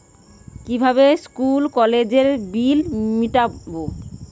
কিভাবে স্কুল কলেজের বিল মিটাব?